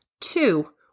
Two